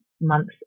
months